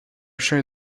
share